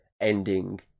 ending